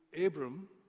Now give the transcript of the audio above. Abram